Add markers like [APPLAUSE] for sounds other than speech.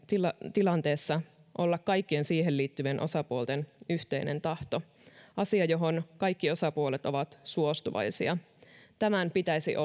tilanteessa olla kaikkien siihen liittyvien osapuolten yhteinen tahto asia johon kaikki osapuolet ovat suostuvaisia tämän pitäisi [UNINTELLIGIBLE]